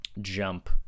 jump